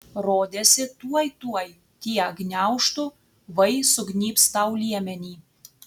rodėsi tuoj tuoj tie gniaužtu vai sugnybs tau liemenį